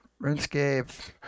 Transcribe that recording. RuneScape